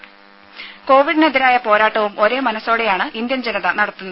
രുമ കോവിഡിനെതിരായ പോരാട്ടവും ഒരേ മനസ്സോടെയാണ് ഇന്ത്യൻ ജനത നടത്തുന്നത്